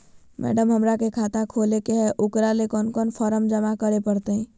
Madam, हमरा के खाता खोले के है उकरा ले कौन कौन फारम जमा करे परते?